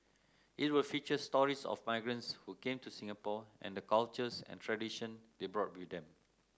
it will feature stories of migrants who came to Singapore and the cultures and tradition they brought with them